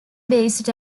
based